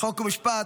חוק ומשפט,